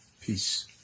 Peace